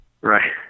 Right